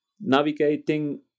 navigating